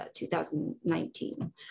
2019